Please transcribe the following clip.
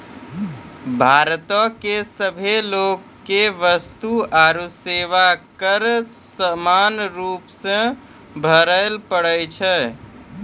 भारतो के सभे लोगो के वस्तु आरु सेवा कर समान रूपो से भरे पड़ै छै